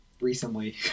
recently